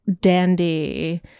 dandy